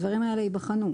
הדברים האלה ייבחנו.